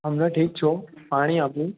હમણાં ઠીક છો પાણી આપું